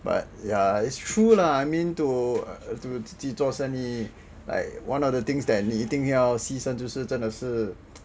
but ya it's true lah I mean to err 自己做生意 like one of the things that 你一定要牺牲就是真的是